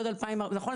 ועוד אלפיים - נכון?